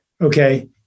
Okay